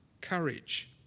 courage